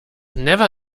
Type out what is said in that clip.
never